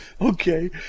Okay